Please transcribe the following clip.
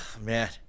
Man